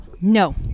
no